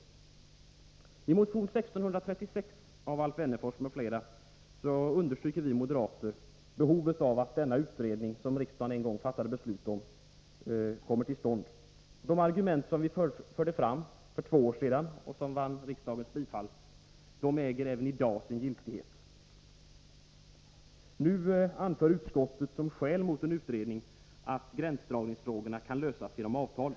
I motion 1636 av Alf Wennerfors m.fl. understryker vi moderater behovet av att denna utredning, som riksdagen en gång fattade beslut om, kommer till stånd. De argument som vi förde fram för två år sedan och som vann riksdagens bifall äger även i dag sin giltighet. Som skäl för att avstyrka kravet på en utredning anför utskottet att gränsdragningsfrågorna kan lösas genom avtal.